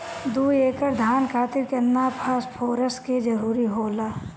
दु एकड़ धान खातिर केतना फास्फोरस के जरूरी होला?